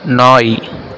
நாய்